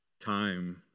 time